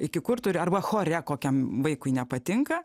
iki kur turi arba chore kokiam vaikui nepatinka